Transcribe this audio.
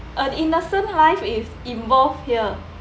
an innocent life is involved here